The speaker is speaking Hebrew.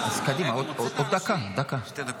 למה קופצים שזה ערבים?